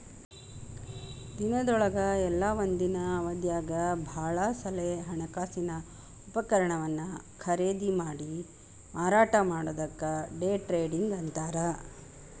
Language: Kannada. ದಿನದೊಳಗ ಇಲ್ಲಾ ಒಂದ ದಿನದ್ ಅವಧ್ಯಾಗ್ ಭಾಳ ಸಲೆ ಹಣಕಾಸಿನ ಉಪಕರಣವನ್ನ ಖರೇದಿಮಾಡಿ ಮಾರಾಟ ಮಾಡೊದಕ್ಕ ಡೆ ಟ್ರೇಡಿಂಗ್ ಅಂತಾರ್